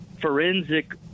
forensic